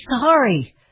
sorry